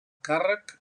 càrrec